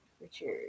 Richard